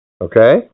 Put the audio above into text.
Okay